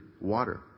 water